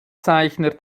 zeichner